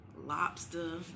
lobster